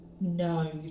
No